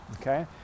okay